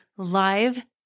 live